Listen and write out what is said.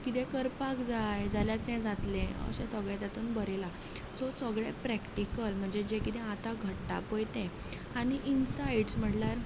किदें करपाक जाय जाल्यार तें जातलें अशें सगलें तितून बरयलां सो सगलें प्रॅक्टीकल म्हणजे जें किदें आतां घडटा पळय तें आनी इनसायड म्हणल्यार